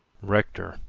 rector,